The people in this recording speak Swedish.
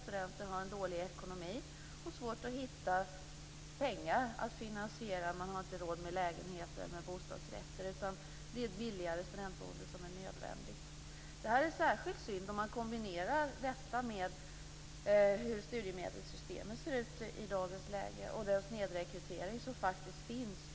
Studenter har en dålig ekonomi och svårt att hitta pengar för att finansiera boendet. Man har inte råd med lägenhet eller bostadsrätt, utan ett billigare studentboende är nödvändigt. Det här är särskilt synd om man kombinerar denna situation med hur studiemedelssystemet ser ut i dagens läge och den snedrekrytering som faktiskt finns.